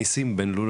ניסים בן לולו,